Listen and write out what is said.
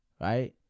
right